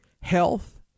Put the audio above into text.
Health